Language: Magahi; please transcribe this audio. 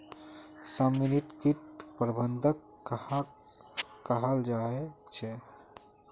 समन्वित किट प्रबंधन कहाक कहाल जाहा झे?